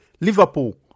Liverpool